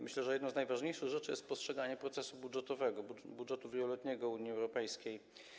Myślę, że jedną z najważniejszych rzeczy jest postrzeganie procesu budżetowego, budżetu wieloletniego Unii Europejskiej.